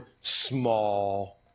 small